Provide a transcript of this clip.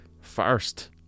first